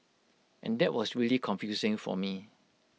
and that was really confusing for me